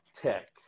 Tech